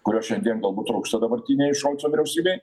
kurio šiandien galbūt trūksta dabartinei šolco vyriausybei